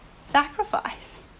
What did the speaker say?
sacrifice